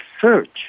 search